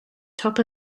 top